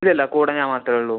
ഇല്ലില്ല കൂടെ ഞാൻ മാത്രമേ ഉള്ളു